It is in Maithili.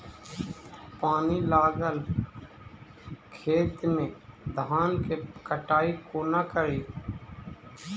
पानि लागल खेत मे धान केँ कटाई कोना कड़ी?